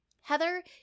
Heather